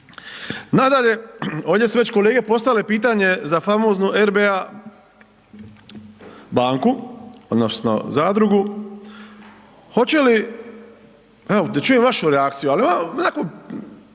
Nadalje, ovdje su već kolege postavile pitanje za famoznu RBA banku odnosno zadrugu, evo da čujem vašu reakciju, ali onako